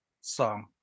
song